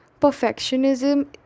perfectionism